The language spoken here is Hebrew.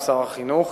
עם שר החינוך.